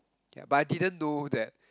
yeah but I didn't do that